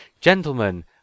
Gentlemen